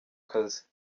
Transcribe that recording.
kazi